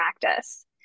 practice